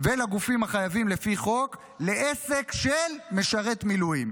ושל גופים החייבים לפי חוק, עסק של משרת מילואים.